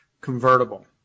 convertible